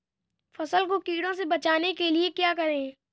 फसल को कीड़ों से बचाने के लिए क्या करें?